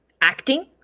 acting